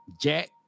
Jack